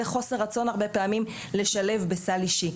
כזה חוסר רצון לשלב בסל אישי.